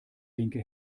linke